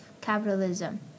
capitalism